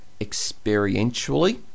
experientially